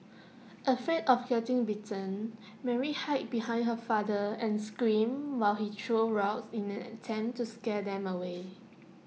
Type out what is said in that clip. afraid of getting bitten Mary hid behind her father and screamed while he threw rocks in an attempt to scare them away